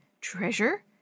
Treasure